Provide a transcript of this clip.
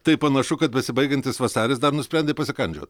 tai panašu kad besibaigiantis vasaris dar nusprendė pasikandžiot